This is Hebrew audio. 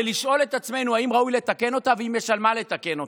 ולשאול את עצמנו האם ראוי לתקן אותה ואם יש על מה לתקן אותה.